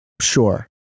Sure